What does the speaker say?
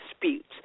disputes